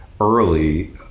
early